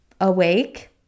awake